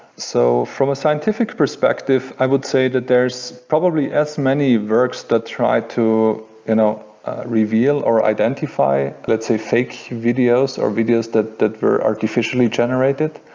so from a scientific perspective, i would say that there's probably as many works that try to you know reveal, or identify let's say, fake videos, or videos that that were artificially generated.